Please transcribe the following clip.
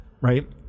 right